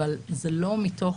אבל זה לא מתוך